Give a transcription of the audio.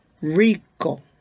Rico